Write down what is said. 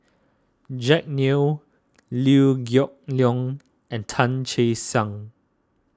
Jack Neo Liew Geok Leong and Tan Che Sang